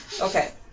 Okay